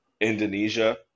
Indonesia